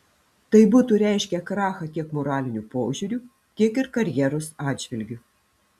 tai būtų reiškę krachą tiek moraliniu požiūriu tiek ir karjeros atžvilgiu